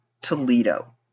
Toledo